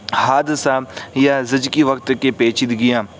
حادثہ یا زچگی وقت کی پیچیدگیاں